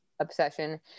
Obsession